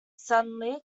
suddenly